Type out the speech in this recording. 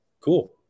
Cool